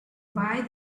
buy